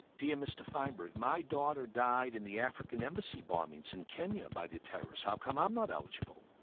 dear mr feinberg, my daughter died in the african embassy bombings in kenya, by the terrorists how come i'm not eligible?